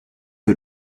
war